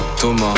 Thomas